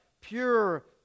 pure